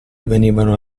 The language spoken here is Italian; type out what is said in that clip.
venivano